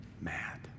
mad